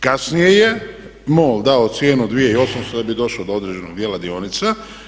Kasnije je MOL dao cijenu 2008 da bi došao do određenog dijela dionice.